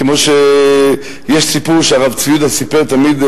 כמו שיש סיפור שהרב צבי יהודה סיפר תמיד,